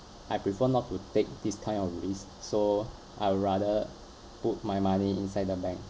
I prefer not to take this kind of risks so I'd rather put my money inside the bank